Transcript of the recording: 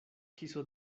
kiso